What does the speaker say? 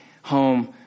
home